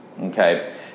Okay